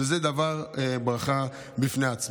שזה דבר ברכה בפני עצמו.